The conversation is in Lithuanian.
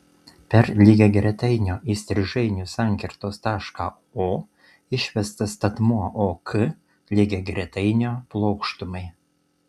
per lygiagretainio įstrižainių sankirtos tašką o išvestas statmuo ok lygiagretainio plokštumai